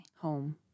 Home